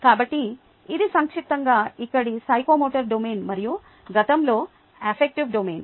కాబట్టి ఇది సంక్షిప్తంగా ఇక్కడ సైకోమోటర్ డొమైన్ మరియు గతంలో ఎఫ్ఫెక్టివ్ డొమైన్